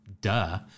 duh